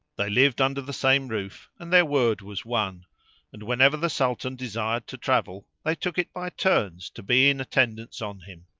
they lived under the same roof and their word was one and whenever the sultan desired to travel they took it by turns to be in attendance on him.